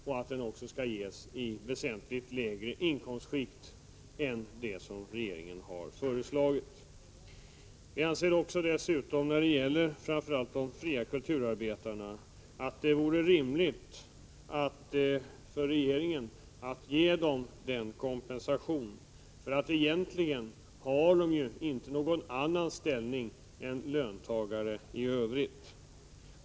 Rabatten skall också kunna ges i väsentligt lägre inkomstskikt än vad regeringen föreslagit. När det gäller framför allt de fria kulturarbetarna anser vi att det vore rimligt att ge denna kompensation. Egentligen har de ju inte någon annan ställning än löntagare i övrigt.